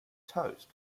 toast